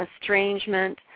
estrangement